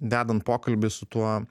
vedant pokalbį su tuo